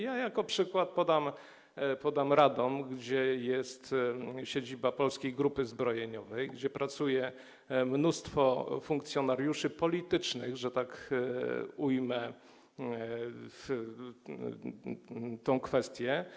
Jako przykład podam Radom, gdzie jest siedziba Polskiej Grupy Zbrojeniowej, w której pracuje mnóstwo funkcjonariuszy politycznych, że tak ujmę tę kwestię.